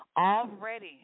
already